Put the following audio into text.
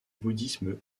bouddhisme